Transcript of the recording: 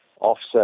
offset